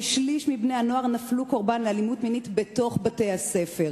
שליש מבני-הנוער נפלו קורבן לאלימות מינית בתוך בתי-הספר.